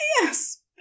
Yes